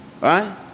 Right